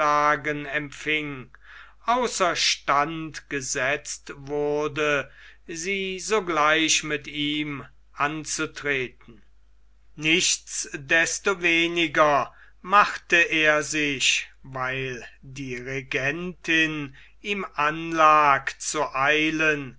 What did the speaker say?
empfing außer stand gesetzt wurde sie sogleich mit ihm anzutreten nichtsdestoweniger machte er sich weil die regentin ihm anlag zu eilen